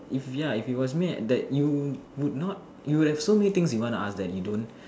if ya if it was mad that you would not you have so many things you want to ask that you don't